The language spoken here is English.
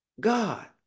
God